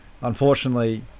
unfortunately